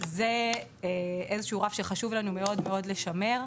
זהו איזה שהוא רף שחשוב לנו מאוד לשמר,